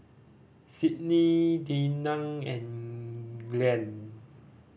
Sydney Dinah and Glen